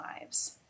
lives